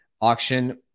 auction